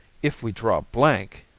if we draw blank